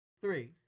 Three